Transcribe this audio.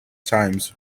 times